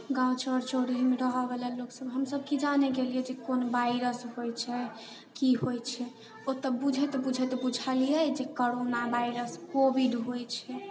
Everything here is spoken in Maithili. गाँव चर चरहीमे रहयवला लोकसभ हमसभ की जाने गेलियै जे कोन वाइरस होइत छै की होइत छै ओ तऽ बुझैत बुझैत बुझलियै जे कोरोना वाइरस कोविड होइत छै